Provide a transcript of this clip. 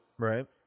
Right